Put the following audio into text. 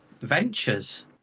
ventures